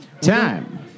Time